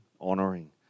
honoring